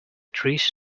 trees